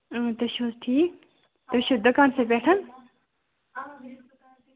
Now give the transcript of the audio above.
تُہۍ چھِو حظ ٹھیٖک تُہۍ چھِو دُکانسٕے پیٚٹھ